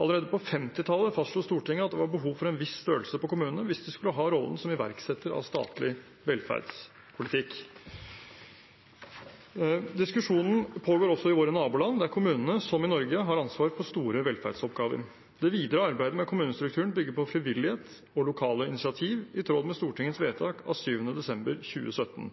Allerede på 1950-tallet fastslo Stortinget at det var behov for en viss størrelse på kommunene hvis de skulle ha rollen som iverksetter av statlig velferdspolitikk. Diskusjonen pågår også i våre naboland, der kommunene, som i Norge, har ansvar for store velferdsoppgaver. Det videre arbeidet med kommunestrukturen bygger på frivillighet og lokale initiativ, i tråd med Stortingets vedtak av 7. desember 2017.